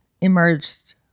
emerged